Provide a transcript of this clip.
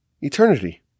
eternity